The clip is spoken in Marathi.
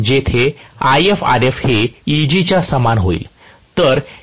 जेथे IfRf हे Eg च्या समान होईल